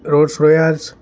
Rolls-Royce